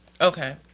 Okay